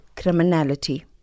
CRIMINALITY